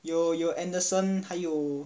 有有 anderson 还有